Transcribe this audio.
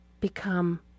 become